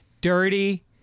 dirty